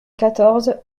quatorze